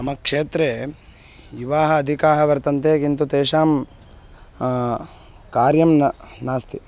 मम क्षेत्रे युवानः अधिकाः वर्तन्ते किन्तु तेषां कार्यं न नास्ति